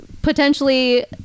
Potentially